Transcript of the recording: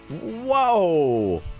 Whoa